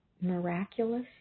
miraculous